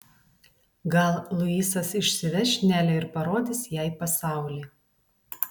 gal luisas išsiveš nelę ir parodys jai pasaulį